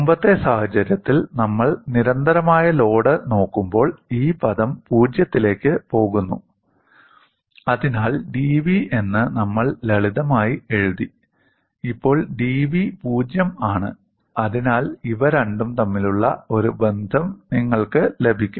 മുമ്പത്തെ സാഹചര്യത്തിൽ നമ്മൾ നിരന്തരമായ ലോഡ് നോക്കുമ്പോൾ ഈ പദം 0 ത്തിലേക്ക് പോകുന്നു അതിനാൽ dV എന്ന് നമ്മൾ ലളിതമായി എഴുതി ഇപ്പോൾ dV '0' ആണ് അതിനാൽ ഇവ രണ്ടും തമ്മിലുള്ള ഒരു ബന്ധം നിങ്ങൾക്ക് ലഭിക്കും